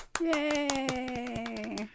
Yay